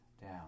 down